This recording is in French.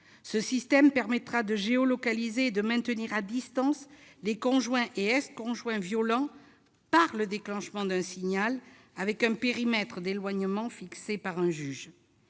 Ce système permettra de géolocaliser et de maintenir à distance les conjoints ou ex-conjoints violents par le déclenchement d'un signal, selon un périmètre d'éloignement fixé par un juge.